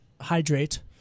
hydrate